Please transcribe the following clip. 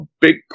big